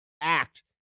act